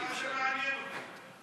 מה זה מעניין אותם?